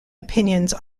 opinions